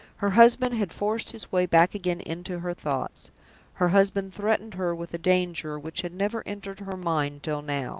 her husband had forced his way back again into her thoughts her husband threatened her with a danger which had never entered her mind till now.